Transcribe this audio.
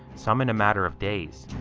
some in a matter of days.